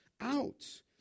out